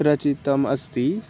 रचितम् अस्ति